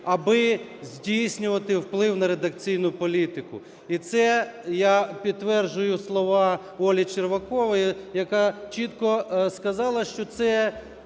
аби здійснювати вплив на редакційну політику. І це, я підтверджую слова Олі Червакової, яка чітко сказала, що це